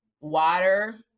water